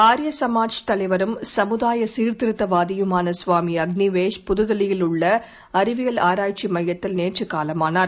ஆர்யசமாஜ் தலைவரும் சமுதாயசீர்திருத்தவாதியுமான ஸ்வாமிஅக்னிவேஷ் புதுதில்லியில் உள்ளஅறிவியல் ஆராய்ச்சிமையத்திலங நேற்றுகாலமானார்